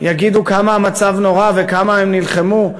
יגידו כמה המצב נורא וכמה הם נלחמו,